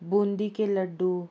बुंदी के लड्डू